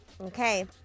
Okay